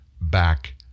back